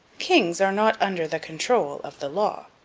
kings are not under the control of the law.